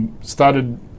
started